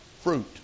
fruit